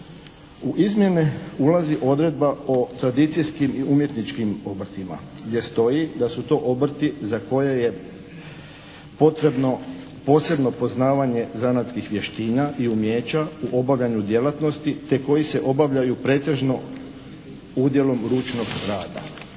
U iznimne ulazi odredba o tradicijskim i umjetničkim obrtima gdje stoji da su to obrti za koje je potrebno posebno poznavanje zanatskih vještina i umijeća u obavljanju djelatnosti te koji se obavljaju pretežno udjelom ručnog rada.